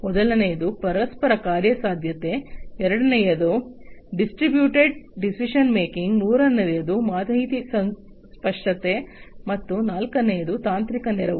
ಮೊದಲನೆಯದು ಪರಸ್ಪರ ಕಾರ್ಯಸಾಧ್ಯತೆ ಎರಡನೆಯದು ಡಿಸ್ಟ್ರಿಬ್ಯೂಟೆಡ್ ಡಿಸಿಷನ್ ಮೇಕಿಂಗ್ ಮೂರನೆಯದು ಮಾಹಿತಿ ಸ್ಪಷ್ಟತೆ ಮತ್ತು ನಾಲ್ಕನೆಯದು ತಾಂತ್ರಿಕ ನೆರವು